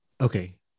Okay